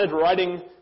writing